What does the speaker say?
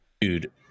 Dude